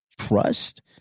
Trust